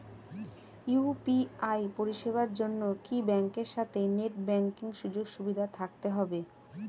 UPI পরিষেবার জন্য কি ব্যাংকের সাথে নেট ব্যাঙ্কিং সুযোগ সুবিধা থাকতে হবে?